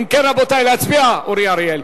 אם כן, רבותי, להצביע, אורי אריאל.